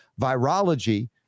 virology